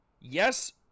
Yes